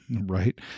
Right